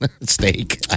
Steak